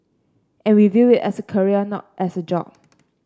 and we view it as a career not as a job